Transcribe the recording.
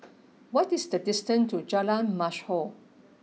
what is the distant to Jalan Mashhor